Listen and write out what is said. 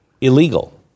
illegal